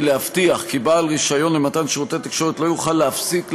היא להבטיח כי בעל רישיון למתן שירותי תקשורת לא יוכל להפסיק,